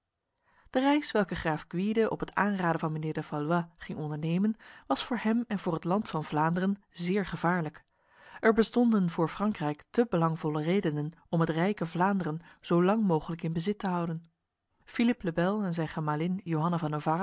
de reis welke graaf gwyde op het aanraden van mijnheer de valois ging ondernemen was voor hem en voor het land van vlaanderen zeer gevaarlijk er bestonden voor frankrijk te belangvolle redenen om het rijke vlaanderen zo lang mogelijk in bezit te houden philippe le bel en zijn gemalin johanna van